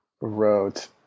wrote